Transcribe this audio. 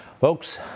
Folks